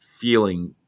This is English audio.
feeling